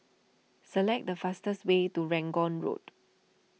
select the fastest way to Rangoon Road